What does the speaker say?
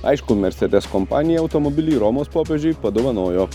aišku mercedes kompanija automobilį romos popiežiui padovanojo